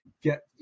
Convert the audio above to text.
get